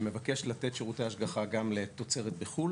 שמבקש לתת שירותי השגחה גם לתוצרת בחו"ל